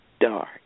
dark